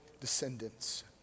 descendants